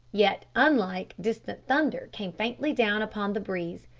yet unlike, distant thunder came faintly down upon the breeze.